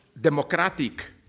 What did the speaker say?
democratic